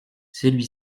celui